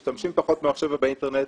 משתמשים פחות במחשב ואינטרנט,